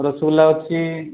ରସଗୋଲା ଅଛି